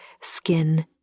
skin